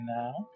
now